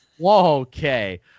Okay